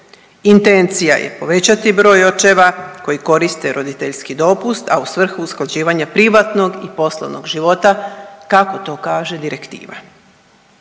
Intencija je povećati broj očeva koji koriste roditeljski dopust, a u svrhu usklađivanja privatnog i poslovnog života kako to kaže direktiva.